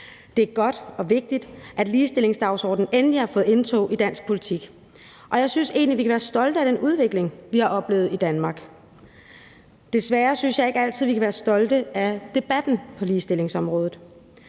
Det er godt og vigtigt, at ligestillingsdagsordenen endelig har gjort sit indtog i dansk politik, og jeg synes egentlig, at vi kan være stolte af den udvikling, vi har oplevet i Danmark. Desværre synes jeg ikke altid, vi kan være stolte af debatten på ligestillingsområdet.